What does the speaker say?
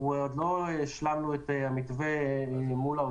עוד לא השלמנו את המתווה מול האוצר.